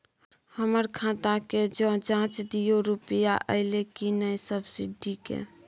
हमर खाता के ज जॉंच दियो रुपिया अइलै की नय सब्सिडी के?